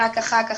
רק אחר כך,